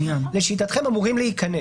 לשיטתכם אמורים להיכנס.